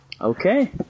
Okay